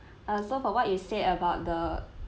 err so for what you said about the